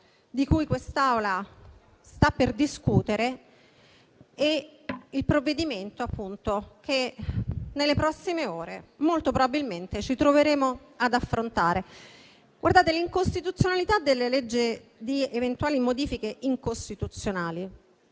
di cui quest'Aula sta per discutere e il provvedimento che nelle prossime ore, molto probabilmente, ci troveremo ad affrontare. L'incostituzionalità delle leggi di eventuali modifiche incostituzionali